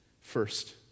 First